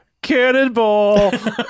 Cannonball